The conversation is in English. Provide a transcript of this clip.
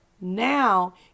Now